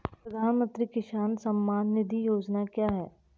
प्रधानमंत्री किसान सम्मान निधि योजना क्या है?